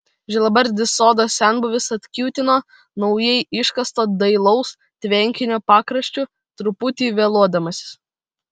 žilabarzdis sodo senbuvis atkiūtino naujai iškasto dailaus tvenkinio pakraščiu truputį vėluodamasis